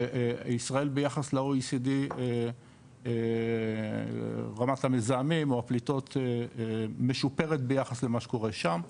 שישראל ביחס ל- OECD רמת המזהמים או הפליטות משופרת ביחס למה שקורה שם,